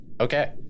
Okay